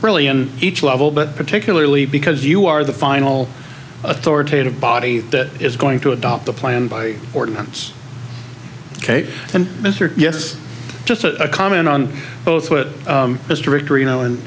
really in each level but particularly because you are the final authoritative body that is going to adopt a plan by ordinance ok and yes just a comment on both what mr ritter you know and